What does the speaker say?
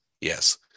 yes